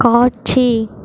காட்சி